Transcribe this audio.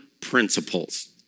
principles